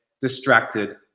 distracted